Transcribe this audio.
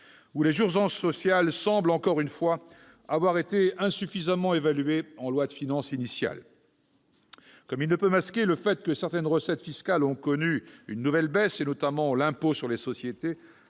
où les urgences sociales semblent, encore une fois, avoir été insuffisamment évaluées en loi de finances initiale. Il ne peut pas davantage masquer le fait que certaines recettes fiscales ont connu une nouvelle baisse, notamment l'impôt sur les sociétés,